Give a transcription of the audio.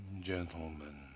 gentlemen